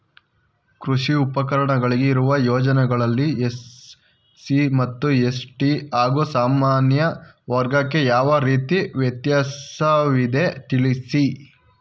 ಕೃಷಿ ಉಪಕರಣಗಳಿಗೆ ಇರುವ ಯೋಜನೆಗಳಲ್ಲಿ ಎಸ್.ಸಿ ಮತ್ತು ಎಸ್.ಟಿ ಹಾಗೂ ಸಾಮಾನ್ಯ ವರ್ಗಕ್ಕೆ ಯಾವ ರೀತಿ ವ್ಯತ್ಯಾಸವಿದೆ ತಿಳಿಸಿ?